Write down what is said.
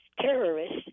terrorists